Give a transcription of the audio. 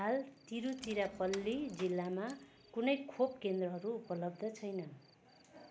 हाल तिरुचिरापल्ली जिल्लामा कुनै खोप केन्द्रहरू उपलब्ध छैन